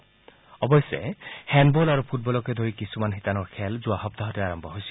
উল্লেখযোগ্য যে হেণ্ডবল আৰু ফুটবলকে ধৰি কিছুমান শিতানৰ খেল যোৱা সপ্তাহতে আৰম্ভ হৈছিল